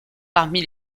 parmi